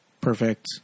perfect